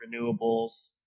renewables